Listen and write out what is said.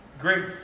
Great